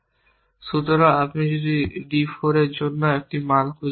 সুতরাং আপনি যদি d 4 এর জন্য একটি মান খুঁজে না পান